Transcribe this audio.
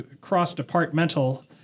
cross-departmental